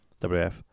WF